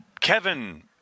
Kevin